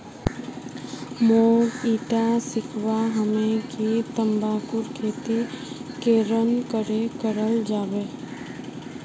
मोक ईटा सीखवा हबे कि तंबाकूर खेती केरन करें कराल जाबे